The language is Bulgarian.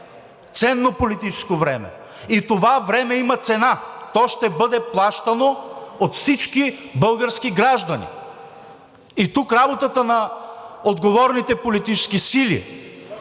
ценно политическо време и това политическо време има цена. То ще бъде плащано от всички български граждани. И тук работата на отговорните политически сили